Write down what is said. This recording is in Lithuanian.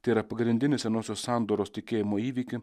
tai yra pagrindinis senosios sandoros tikėjimo įvykių